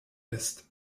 ist